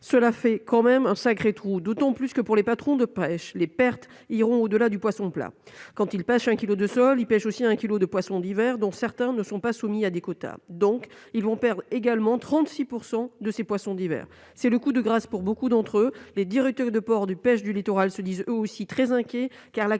cela fait quand même un sacré trou d'autant plus que pour les patrons de presse, les pertes iront au-delà du poisson plat quand il pêche un kilo de Sol il pêche aussi un kilo de poisson d'hiver, dont certains ne sont pas soumis à des quotas, donc ils vont perdre également 36 % de ces poissons d'hiver, c'est le coup de grâce pour beaucoup d'entre eux, les directeurs de port du pêche du littoral se disent eux aussi très inquiets